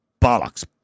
bollocks